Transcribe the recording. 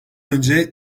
önce